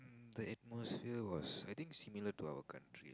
the atmosphere was I think similar to our country